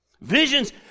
Visions